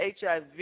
HIV